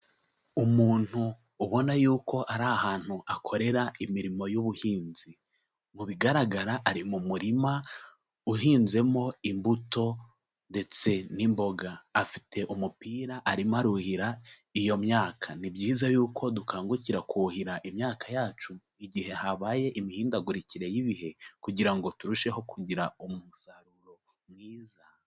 Umuntu ubona yuko ari ahantu akorera imirimo y'ubuhinzi, mu bigaragara ari mu murima uhinzemo imbuto ndetse n'imboga, afite umupira arimo aruhira iyo myaka. Ni byiza yuko dukangukira kuhira imyaka yacu igihe habaye imihindagurikire y'ibihe kugira ngo turusheho kugira umusaruro mwiza.